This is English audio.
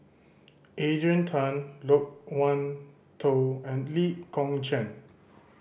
Adrian Tan Loke Wan Tho and Lee Kong Chian